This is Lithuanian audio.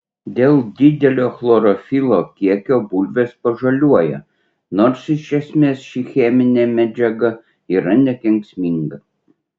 dėl didelio chlorofilo kiekio bulvės pažaliuoja nors iš esmės ši cheminė medžiaga yra nekenksminga